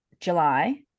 July